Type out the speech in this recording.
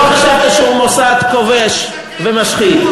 לא חשבת שהוא מוסד כובש ומשחית.